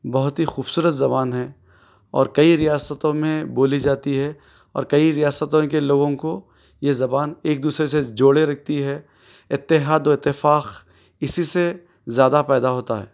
بہت ہی خوبصورت زبان ہے اور کئی ریاستوں میں بولی جاتی ہے اور کئی ریاستوں کے لوگوں کو یہ زبان ایک دوسرے سے جوڑے رکھتی ہے اتحاد و اتفاق اِسی سے زیادہ پیدا ہوتا ہے